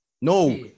No